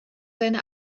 seine